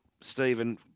Stephen